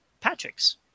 Patrick's